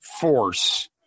force